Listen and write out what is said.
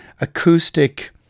acoustic